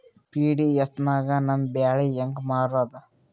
PDS ನಾಗ ನಮ್ಮ ಬ್ಯಾಳಿ ಹೆಂಗ ಮಾರದ?